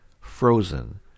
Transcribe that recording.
frozen